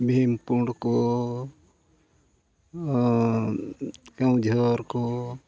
ᱵᱷᱤᱢᱠᱩᱸᱰ ᱠᱚ ᱠᱮᱣᱚᱱᱡᱷᱚᱲ ᱠᱚ